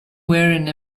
wearing